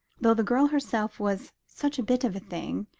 though the girl herself was such a bit of a thing,